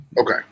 Okay